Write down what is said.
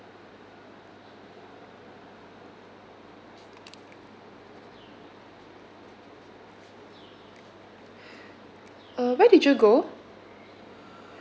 uh where did you go